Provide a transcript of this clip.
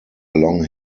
long